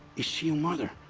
is she your mother?